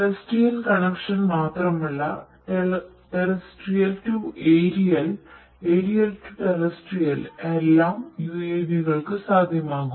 terrestrial connection മാത്രമല്ല aerial to terrestrial എല്ലാം UAV കൾക്ക് സാധ്യമാവും